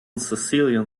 sicilian